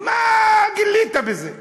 מה גילית בזה?